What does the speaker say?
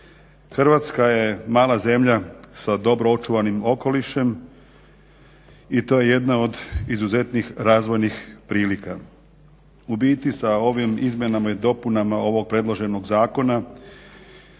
Hrvatska je mala zemlja sa dobro očuvanim okolišem i to je jedna od izuzetnih razvojnih prilika. U biti sa ovim izmjenama i dopunama ovog predloženog zakona